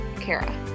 Kara